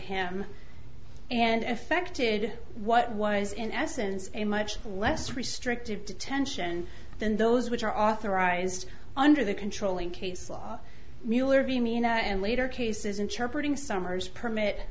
him and effected what was in essence a much less restrictive detention than those which are authorized under the controlling case mueller v mena and later cases interpret ing summers permit